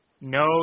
No